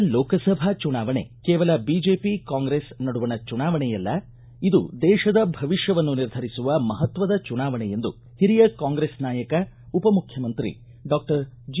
ಈ ಬಾರಿಯ ಲೋಕಸಭಾ ಚುನಾವಣೆ ಕೇವಲ ಬಿಜೆಪಿ ಕಾಂಗ್ರೆಸ್ ನಡುವಣ ಚುನಾವಣೆಯಲ್ಲ ಇದು ದೇಶದ ಭವಿಷ್ಠವನ್ನು ನಿರ್ಧರಿಸುವ ಮಪತ್ವದ ಚುನಾವಣೆ ಎಂದು ಹಿರಿಯ ಕಾಂಗ್ರೆಸ್ ನಾಯಕ ಉಪಮುಖ್ಯಮಂತ್ರಿ ಡಾಕ್ಟರ್ ಜಿ